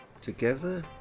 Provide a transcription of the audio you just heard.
together